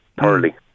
thoroughly